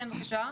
כן, בבקשה.